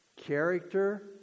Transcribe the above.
character